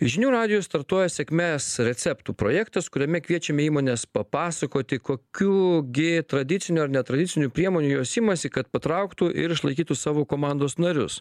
žinių radijuj startuoja sėkmės receptų projektas kuriame kviečiame įmones papasakoti kokių gi tradicinių ar netradicinių priemonių jos imasi kad patrauktų ir išlaikytų savo komandos narius